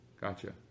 Gotcha